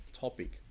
topic